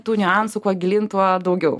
tų niuansų kuo gilyn tuo daugiau